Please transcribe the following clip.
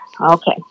Okay